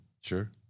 Sure